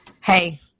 Hey